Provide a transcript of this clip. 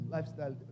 Lifestyle